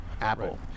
apple